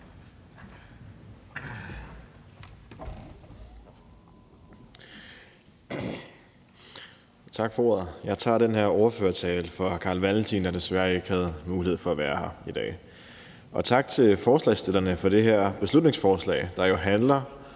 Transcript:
Tak for ordet. Jeg tager den her ordførertale for hr. Carl Valentin, der desværre ikke havde mulighed for at være her i dag. Tak til forslagsstillerne for det her beslutningsforslag, der jo handler